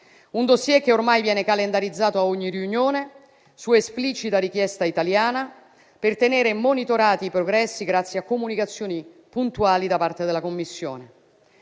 un *dossier* che ormai viene calendarizzato a ogni riunione su esplicita richiesta italiana, per tenere monitorati i progressi grazie a comunicazioni puntuali da parte della Commissione.